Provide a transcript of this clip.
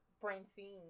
francine